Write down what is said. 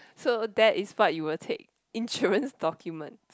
so that is what you will take insurance document